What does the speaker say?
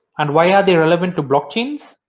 and why are they relevant to blockchains?